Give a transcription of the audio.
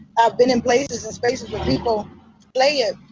i've been in places and spaces where people play it,